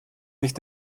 nicht